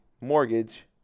mortgage